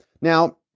Now